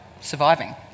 surviving